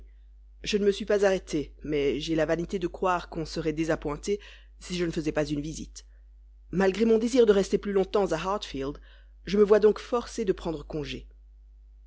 je ne me suis pas arrêté mais j'ai la vanité de croire qu'on serait désappointé si je ne faisais pas une visite malgré mon désir de rester plus longtemps à hartfield je me vois donc forcé de prendre congé